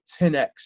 10X